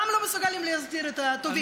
וגם לא מסוגלים להחזיר את הטובין.